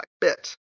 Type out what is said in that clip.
bit